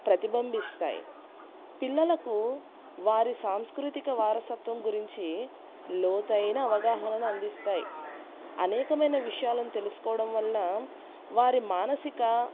ప్రతిబంబిస్తాయి పిల్లలకు వారి సాంస్కృతిక వారసత్వం గురించి లోతైన అవగాహనను అందిస్తాయ్ అనేకమైన విషయాలను తెలుసుకోవడం వల్ల వారి మానసిక